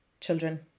children